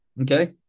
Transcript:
Okay